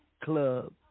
club